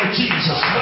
Jesus